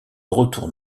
retourne